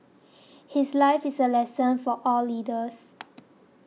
his life is a lesson for all leaders